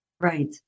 Right